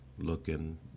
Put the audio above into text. looking